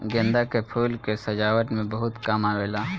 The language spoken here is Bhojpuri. गेंदा के फूल के सजावट में बहुत काम आवेला